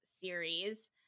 series